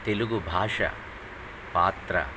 తెలుగు భాష పాత్ర